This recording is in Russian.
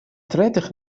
третьих